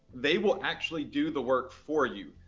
they will actually do the work for you.